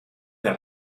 der